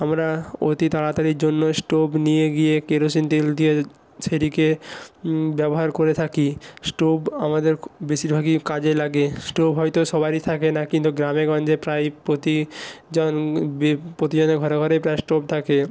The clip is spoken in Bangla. আমরা অতি তাড়াতাড়ির জন্য স্টোব নিয়ে গিয়ে কেরোসিন তেল দিয়ে সেটিকে ব্যবহার করে থাকি স্টোব আমাদের খু বেশিরভাগই কাজে লাগে স্টোব হয়তো সবারই থাকে না কিন্তু গ্রামে গঞ্জে প্রায় প্রতি জন বি প্রতিজনের ঘরে ঘরেই প্রায় স্টোব থাকে